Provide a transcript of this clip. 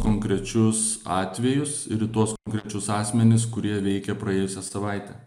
konkrečius atvejus ir į tuos konkrečius asmenis kurie veikė praėjusią savaitę